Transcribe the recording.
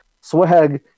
swag